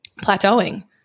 plateauing